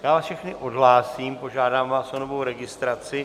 Já vás všechny odhlásím, požádám vás o novou registraci.